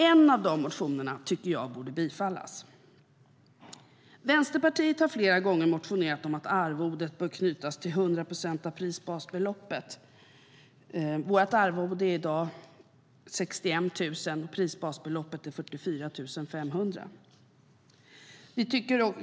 En av de motionerna tycker jag borde bifallas. Vänsterpartiet har flera gånger motionerat om att arvodet bör knytas till 100 procent av prisbasbeloppet. Vårt arvode är i dag 61 000 kronor per månad. Prisbasbeloppet är 44 500.